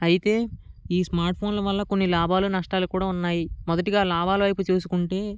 అయితే ఈ స్మార్ట్ఫోన్ల వల్ల కొన్ని లాభాలు నష్టాలు కూడా ఉన్నాయి మొదటిగా లాభాల వైపు చూసుకుంటే